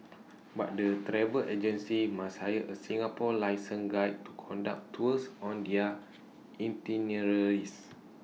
but the travel agencies must hire A Singapore licensed guide to conduct tours on their itineraries